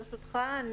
ברשותך,